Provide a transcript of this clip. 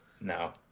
No